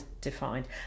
defined